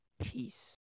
Peace